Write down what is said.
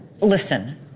Listen